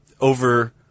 over